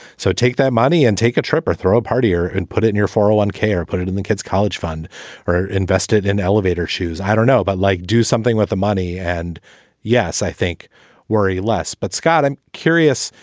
so take that money and take a trip or throw a partier and put it in your forone care, put it in the kid's college fund or invest it in elevator shoes. i don't know about like do something with the money. and yes, i think worry less. but scott, i'm curious,